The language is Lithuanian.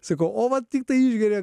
sakau o va tiktai išgeria